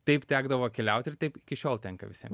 taip tekdavo keliaut ir taip iki šiol tenka visiem